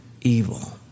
evil